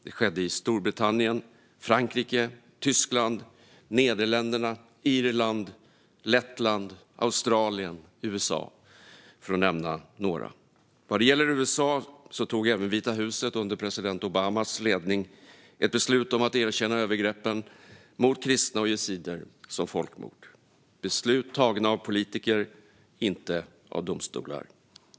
Det skedde i Storbritannien, Frankrike, Tyskland, Nederländerna, Irland, Lettland, Australien och USA, för att nämna några. Vad gäller USA tog även Vita huset under president Obamas ledning ett beslut att erkänna övergreppen mot kristna och yazidier som folkmord. Det var beslut tagna av politiker och inte av domstolar.